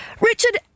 Richard